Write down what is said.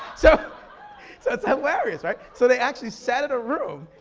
so so it's hilarious, right? so they actually sat in a room,